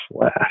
flash